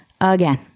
again